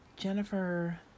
Jennifer